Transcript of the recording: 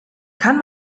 kann